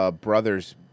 brother's